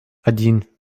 один